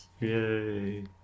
Yay